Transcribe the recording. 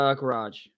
garage